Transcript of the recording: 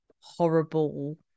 horrible